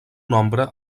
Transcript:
nombre